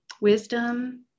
wisdom